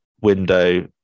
window